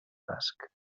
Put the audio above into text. basc